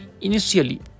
initially